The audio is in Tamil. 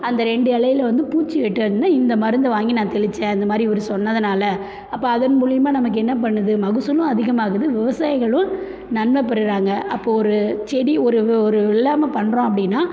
அந்த ரெண்டு இலைல வந்து பூச்சி விட்டுருந்தால் இந்த மருந்தை வாங்கி நான் தெளிச்சேன் இந்த மாதிரி அவர் சொன்னதனால அப்போ அதன் மூலயமா நமக்கு என்ன பண்ணுது மகசூலும் அதிகமாகுது விவசாயிகளும் நன்மை பெறுகிறாங்க அப்போ ஒரு செடி ஒரு ஒரு வெள்ளாமை பண்ணுறோம் அப்படின்னா